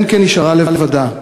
לנקה נשארה לבדה.